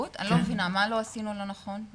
מה לא עשינו לא נכון?